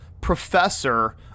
Professor